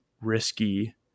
risky